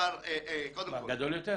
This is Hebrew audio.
המספר גדול יותר?